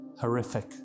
horrific